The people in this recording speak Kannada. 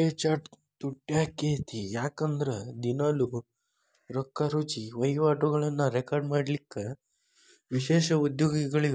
ಎ ಚಾರ್ಟ್ ತುಟ್ಯಾಕ್ಕೇತಿ ಯಾಕಂದ್ರ ದಿನಾಲೂ ರೊಕ್ಕಾರುಜಿ ವಹಿವಾಟುಗಳನ್ನ ರೆಕಾರ್ಡ್ ಮಾಡಲಿಕ್ಕ ವಿಶೇಷ ಉದ್ಯೋಗಿಗಳ